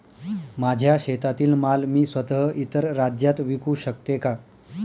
माझ्या शेतातील माल मी स्वत: इतर राज्यात विकू शकते का?